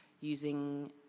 using